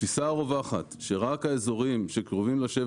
התפיסה הרווחת שרק האיזורים שקרובים לשבר